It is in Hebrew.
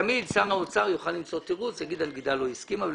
תמיד שר האוצר יוכל למצוא תירוץ ויאמר שהנגידה לא הסכימה.